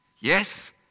Yes